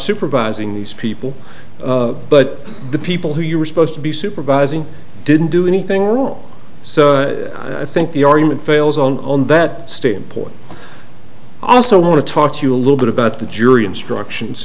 supervising these people but the people who you were supposed to be supervising didn't do anything wrong so i think the argument fails on that stand point i also want to talk to you a little bit about the jury instructions